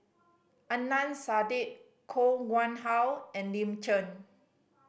Adnan Saidi Koh Nguang How and Lin Chen